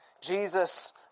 Jesus